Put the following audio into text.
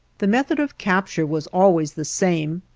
the method of capture was always the same,